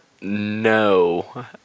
no